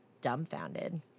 dumbfounded